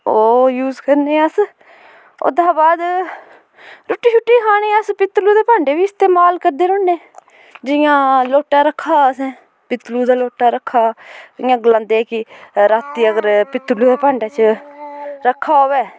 ओह् यूज करने अस ओह्दा हा बाद रुट्टी छुट्टी खाने अस पित्तलु दे भांडे बी इस्तमाल करदे रौह्न्ने जियां लोटा रक्खा दा असें पित्तलु दा लोटा रक्खा इयां गलांदे कि रातीं अगर पित्तलु दे भांडे च रक्खा होऐ